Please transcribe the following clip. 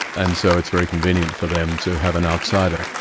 and so it's very convenient for them to have an outsider.